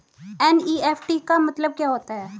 NEFT का मतलब क्या होता है?